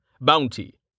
Bounty